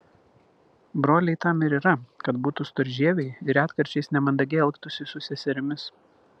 broliai tam ir yra kad būtų storžieviai ir retkarčiais nemandagiai elgtųsi su seserimis